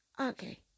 okay